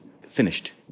Finished